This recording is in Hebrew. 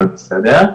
אבל בסדר.